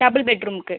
double பெட்ரூமுக்கு